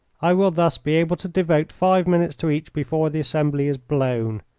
i will thus be able to devote five minutes to each before the assembly is blown.